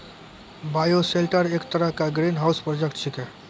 bioshelter एक तरह के ग्रीनहाउस प्रोजेक्ट छेकै